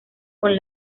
con